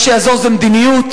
מה שיעזור זה מדיניות.